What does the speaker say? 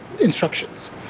instructions